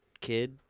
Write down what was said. kid